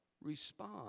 respond